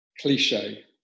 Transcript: cliche